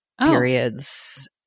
periods